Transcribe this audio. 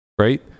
Right